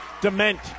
Dement